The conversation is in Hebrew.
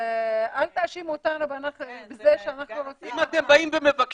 אל תאשים אותנו בזה שאנחנו רוצים --- אם אתם מבקשים